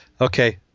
Okay